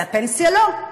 על הפנסיה, לא,